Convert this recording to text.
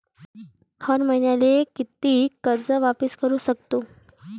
हर मईन्याले कितीक कर्ज वापिस करू सकतो?